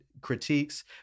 critiques